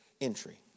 entry